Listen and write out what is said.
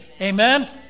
Amen